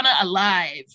alive